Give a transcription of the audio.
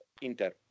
Inter